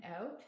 out